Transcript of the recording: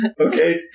Okay